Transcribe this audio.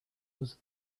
was